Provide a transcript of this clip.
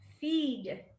feed